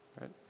right